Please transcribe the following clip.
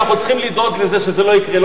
אנחנו צריכים לדאוג לזה שזה לא יקרה,